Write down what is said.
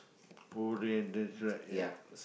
Oreo and that's right ya